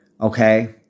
Okay